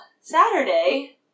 Saturday